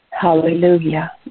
Hallelujah